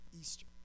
Easter